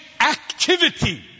activity